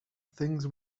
things